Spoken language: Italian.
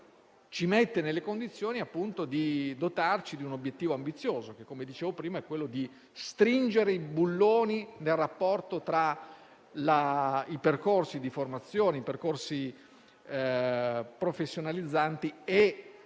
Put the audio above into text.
ci mette nelle condizioni di dotarci di un obiettivo ambizioso, che è quello di stringere i bulloni nel rapporto tra i percorsi di formazione, i percorsi professionalizzanti e